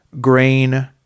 grain